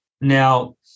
Now